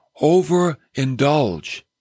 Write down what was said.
Overindulge